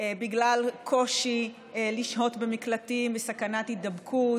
בגלל קושי לשהות במקלטים בסכנת הידבקות,